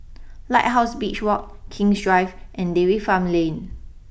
Lighthouse Beach walk King's Drive and Dairy Farm Lane